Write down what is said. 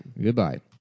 Goodbye